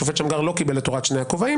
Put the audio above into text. השופט שמגר לא קיבל את תורת שני הכובעים,